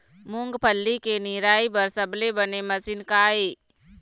मूंगफली के निराई बर सबले बने मशीन का ये?